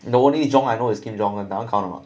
the only jong I know is kim jong un that one count or not